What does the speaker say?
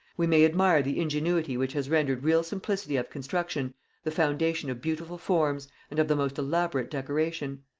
we may admire the ingenuity which has rendered real simplicity of construction the foundation of beautiful forms and of the most elaborate decoration.